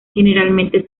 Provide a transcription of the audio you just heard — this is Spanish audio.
generalmente